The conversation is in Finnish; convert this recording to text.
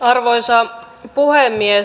arvoisa puhemies